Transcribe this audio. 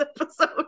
episode